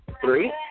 Three